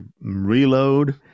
reload